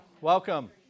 welcome